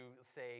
say